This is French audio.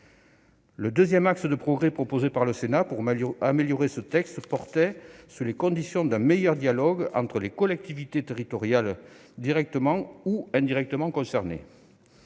Le deuxième axe de progrès proposé par le Sénat pour améliorer ce texte portait sur les conditions d'un meilleur dialogue entre les collectivités territoriales directement ou indirectement concernées.